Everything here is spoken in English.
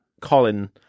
Colin